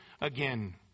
again